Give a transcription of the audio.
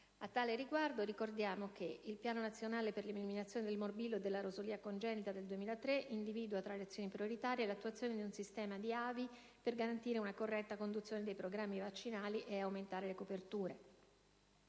A tale riguardo, si ricorda che il Piano nazionale per l'eliminazione del morbillo e della rosolia congenita del 2003 individua, tra le azioni prioritarie, l'attuazione di un sistema di AVI per garantire una corretta conduzione dei programmi vaccinali ed aumentare le coperture;